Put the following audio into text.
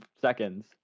seconds